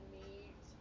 meet